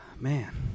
Man